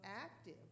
active